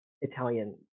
Italian